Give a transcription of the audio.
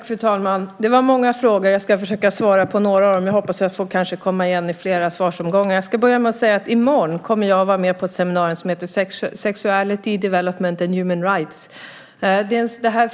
Fru talman! Det var många frågor. Jag ska försöka svara på några av dem. Jag får kanske komma igen i flera svarsomgångar. Jag ska börja med att säga att jag i morgon kommer att vara med på ett seminarium som heter Sexuality, development and human rights.